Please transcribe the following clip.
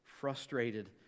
frustrated